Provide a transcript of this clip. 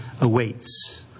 awaits